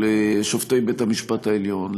של שופטי בית המשפט העליון,